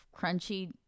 crunchy